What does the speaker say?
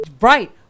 Right